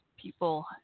people